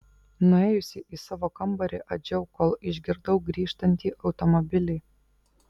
nuėjusi į savo kambarį adžiau kol išgirdau grįžtantį automobilį